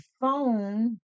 phone